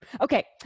Okay